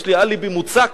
יש לי אליבי מוצק.